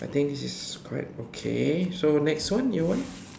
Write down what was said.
I think this is correct okay so next one your one